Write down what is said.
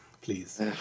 please